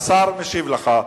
והשר משיב לך.